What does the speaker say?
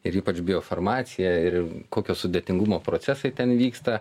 ir ypač biofarmacija ir kokio sudėtingumo procesai ten vyksta